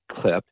clip